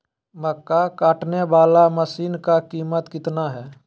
मक्का कटने बाला मसीन का कीमत कितना है?